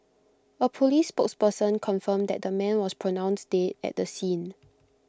A Police spokesperson confirmed that the man was pronounced dead at the scene